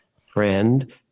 friend